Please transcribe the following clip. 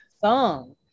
song